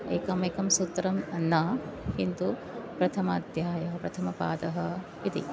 एकमेकं सूत्रं न किन्तु प्रथमाध्यायः प्रथमपादः इति